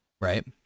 right